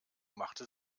machte